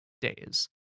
days